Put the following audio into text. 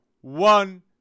one